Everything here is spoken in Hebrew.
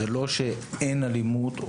זה לא שאין אלימות,